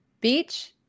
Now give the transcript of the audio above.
Beach